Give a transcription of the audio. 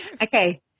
Okay